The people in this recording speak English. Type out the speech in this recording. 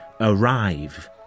arrive